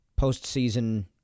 postseason